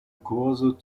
kurse